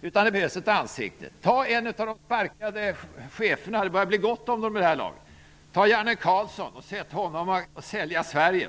utan det behövs ett ansikte. Ta en av de sparkade cheferna -- det börjar bli gott om dem vid det här laget -- t.ex. Janne Carlzon, och sätt honom att sälja Sverige.